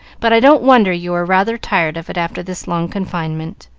but i don't wonder you are rather tired of it after this long confinement.